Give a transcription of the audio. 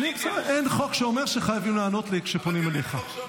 איך הגענו לדבר הזה?